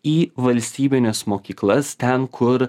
į valstybines mokyklas ten kur